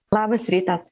labas rytas